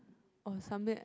or something